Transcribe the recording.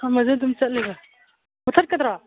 ꯊꯝꯃꯁꯨ ꯑꯗꯨꯝ ꯆꯠꯂꯤꯕ ꯃꯨꯊꯠꯀꯗ꯭ꯔꯣ